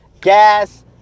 Gas